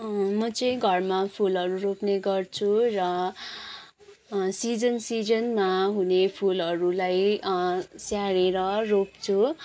म चाहिँ घरमा फुलहरू रोप्ने गर्छु र सिजन सिजनमा हुने फुलहरूलाई स्याहारेर रोप्छु